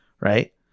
right